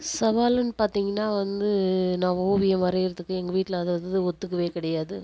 சவாலுன்னு பார்த்தீங்கன்னா வந்து நான் ஓவியம் வரையறத்துக்கு எங்கள் வீட்டில் அது அது ஒத்துக்கவே கிடையாது